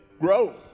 grow